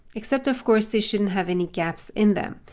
except of course, this shouldn't have any gaps in them.